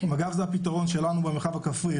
מג"ב זה הפיתרון שלנו במרחב הכפרי.